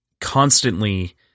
constantly